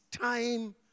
time